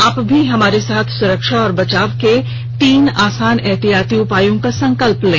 आप भी हमारे साथ स्रक्षा और बचाव के तीन आसान एहतियाती उपायों का संकल्प लें